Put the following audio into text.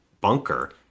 bunker